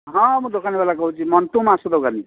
ହଁ ମୁଁ ଦୋକାନୀବାଲା କହୁଛି ମଣ୍ଟୁ ମାଂସ ଦୋକାନୀ